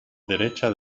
derecha